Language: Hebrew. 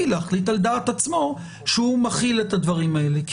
להחליט על דעת עצמו שהוא מחיל את הדברים האלה כי